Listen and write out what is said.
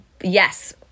yes